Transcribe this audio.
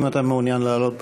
אם אתה מעוניין לעלות,